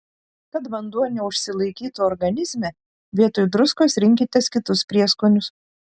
kad vanduo neužsilaikytų organizme vietoj druskos rinkitės kitus prieskonius